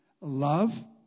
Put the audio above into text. love